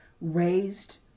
raised